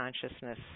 consciousness